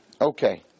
Okay